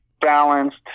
balanced